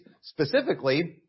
Specifically